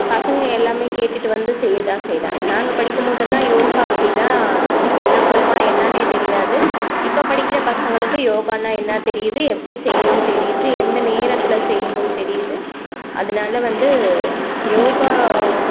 பசங்கள் எல்லாம் கேட்டுட்டு வந்து செய்ய தான் செய்கிறாங்க நாங்கள் படிக்கும் போதெல்லாம் யோகா அப்படினா இன்னும் சொல்லப் போனால் என்னனே தெரியாது இப்போ படிக்கிற பசங்களுக்கு யோகானா என்னானு தெரியுது எப்படி செய்யணும்னு தெரியுது எந்த நேரத்தில் செய்யணும்னு தெரியுது அதனால வந்து யோகா